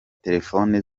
telefone